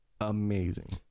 amazing